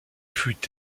fut